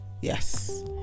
yes